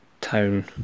town